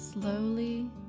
Slowly